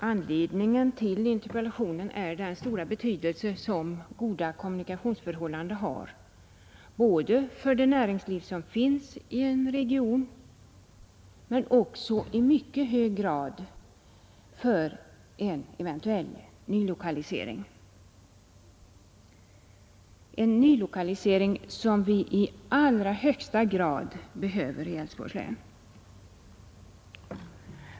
Anledningen till interpellationen är den stora betydelse som goda kommunikationsförhållanden har såväl för det näringsliv som finns i en region som också i mycket hög grad för en eventuell nylokalisering — en nylokalisering som vi i allra högsta grad behöver i Älvsborgs län.